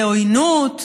בעוינות,